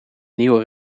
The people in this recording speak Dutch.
nieuwe